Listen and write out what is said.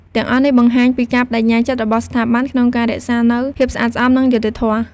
ទាំងអស់នេះបង្ហាញពីការប្តេជ្ញាចិត្តរបស់ស្ថាប័នក្នុងការរក្សានូវភាពស្អាតស្អំ និងយុត្តិធម៌។